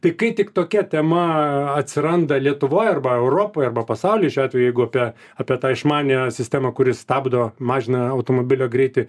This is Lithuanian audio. tai kai tik tokia tema atsiranda lietuvoj arba europoj arba pasauly šiuo atveju jeigu apie apie tą išmaniąją sistemą kuri stabdo mažina automobilio greitį